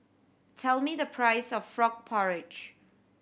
tell me the price of frog porridge